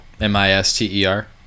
M-I-S-T-E-R